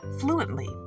fluently